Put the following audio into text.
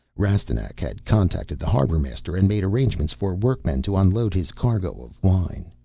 rastignac had contacted the harbor-master and made arrangements for workmen to unload his cargo of wine.